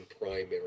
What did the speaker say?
primary